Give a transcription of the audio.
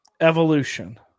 evolution